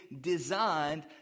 designed